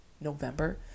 November